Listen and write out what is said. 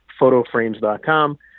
photoframes.com